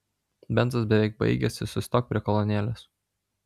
benzas beveik baigėsi sustok prie kolonėlės